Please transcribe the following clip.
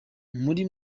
muri